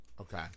Okay